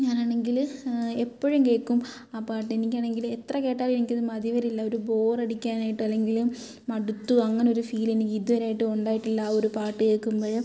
ഞാനാണെങ്കിൽ എപ്പോഴും കേൾക്കും ആ പാട്ട് എനിക്കാണെങ്കിൽ എത്ര കേട്ടാലും എനിക്കത് മതി വരില്ല ഒരു ബോറടിക്കാനായിട്ടോ അല്ലെങ്കിൽ മടുത്തു അങ്ങനൊരു ഫീൽ എനിക്ക് ഇത് വരെ ആയിട്ടും ഉണ്ടായിട്ടില്ല ആ ഒരു പാട്ട് കേൾക്കുമ്പോൾ